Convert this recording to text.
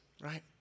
right